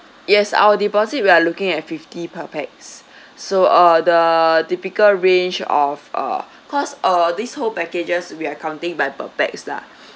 yes our deposit we are looking at fifty per pax so uh the typical range of uh cause uh these whole packages we are counting by per pax lah